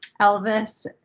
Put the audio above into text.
Elvis